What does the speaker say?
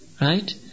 right